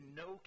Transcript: no